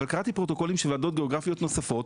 אבל קראתי פרוטוקולים של ועדות גיאוגרפיות נוספות,